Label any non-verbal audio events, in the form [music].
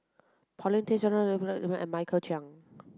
Paulin Tay [unintelligible] and Michael Chiang